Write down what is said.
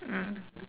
mm